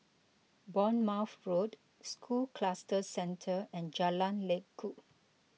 Bournemouth Road School Cluster Centre and Jalan Lekub